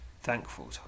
thankful